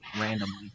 randomly